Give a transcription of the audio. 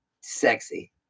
Sexy